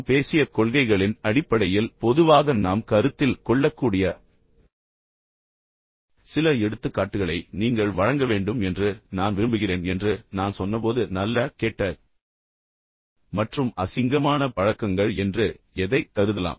நாம் பேசிய கொள்கைகளின் அடிப்படையில் பொதுவாக நாம் கருத்தில் கொள்ளக்கூடிய சில எடுத்துக்காட்டுகளை நீங்கள் வழங்க வேண்டும் என்று நான் விரும்புகிறேன் என்று நான் சொன்னபோது நல்ல கெட்ட மற்றும் அசிங்கமான பழக்கங்கள் என்று எதை கருதலாம்